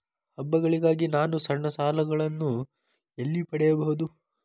ಹಬ್ಬಗಳಿಗಾಗಿ ನಾನು ಸಣ್ಣ ಸಾಲಗಳನ್ನು ಎಲ್ಲಿ ಪಡೆಯಬಹುದು?